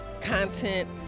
content